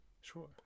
Sure